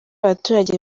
abaturage